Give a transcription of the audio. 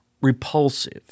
repulsive